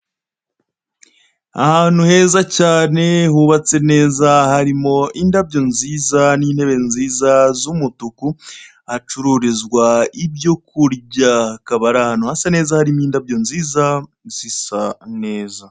Ahantu heza cyane hubatse neza harimo indabyo nziza n'intebe nziza z'umutuku, Hacururizwaibyo kurya, akaba ari ahantu heza handi harimo n'indabo nyishi zisa neza.